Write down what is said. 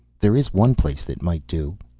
there is one place that might do.